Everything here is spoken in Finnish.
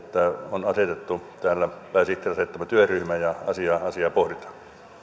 on asetettu pääsihteerin asettama työryhmä ja asiaa pohditaan